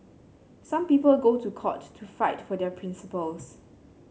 some people go to court to fight for their principles